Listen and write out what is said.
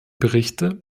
berichte